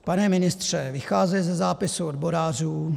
Pane ministře, vycházím ze zápisu odborářů.